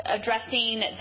addressing